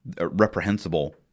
reprehensible